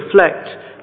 reflect